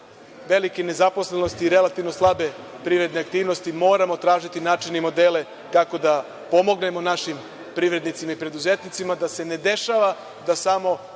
velike nezaposlenosti i relativno slabe privredne aktivnosti moramo tražiti načine i modele kako da pomognemo našim privrednicima i preduzetnicima, da se ne dešava da samo